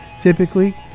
Typically